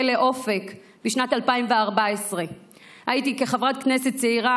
אופק בשנת 2014. הייתי חברת כנסת צעירה